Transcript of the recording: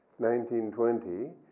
1920